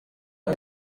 nka